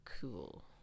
cool